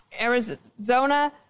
Arizona